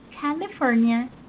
California